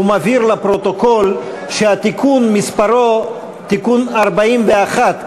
ומבהיר לפרוטוקול שהתיקון מספרו 41,